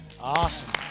Awesome